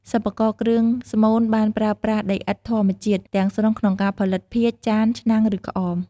សិប្បករគ្រឿងស្មូនបានប្រើប្រាស់ដីឥដ្ឋធម្មជាតិទាំងស្រុងក្នុងការផលិត ភាជន៍ ចាន ឆ្នាំង ឬក្អម ។